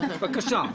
בבקשה.